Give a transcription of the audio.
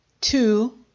Two